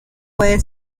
puede